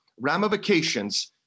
ramifications